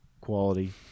quality